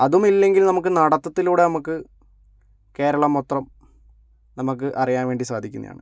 അതുമല്ലെങ്കിൽ നമുക്ക് നടത്തത്തിലൂടെ നമുക്ക് കേരളം മൊത്തം നമക്ക് അറിയാൻ വേണ്ടി സാധിക്കുന്നെയാണ്